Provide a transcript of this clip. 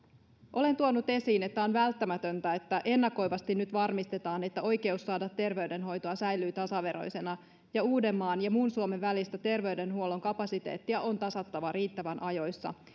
olen tuonut esiin että on välttämätöntä että ennakoivasti nyt varmistetaan että oikeus saada terveydenhoitoa säilyy tasaveroisena ja uudenmaan ja muun suomen välistä terveydenhuollon kapasiteettia on tasattava riittävän ajoissa